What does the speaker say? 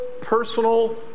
personal